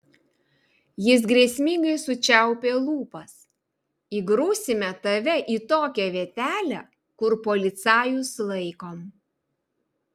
jis grėsmingai sučiaupė lūpas įgrūsime tave į tokią vietelę kur policajus laikom